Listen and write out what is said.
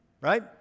right